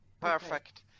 Perfect